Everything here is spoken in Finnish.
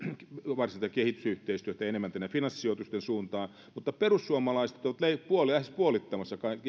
varsinaisesta kehitysyhteistyöstä enemmän tänne finanssisijoitusten suuntaan mutta perussuomalaiset ovat lähes puolittamassa kaiken